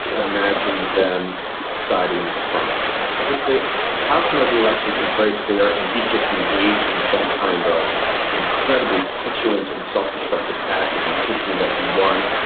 imagine them siding with trump if the outcome of the election is very clear. and he's just engaged in some kind of incredibly petulant and self-destructive act of insisting that he won,